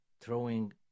throwing